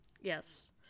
Yes